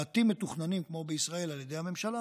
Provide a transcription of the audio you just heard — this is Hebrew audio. מעטים מתוכננים כמו בישראל על ידי הממשלה,